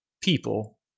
people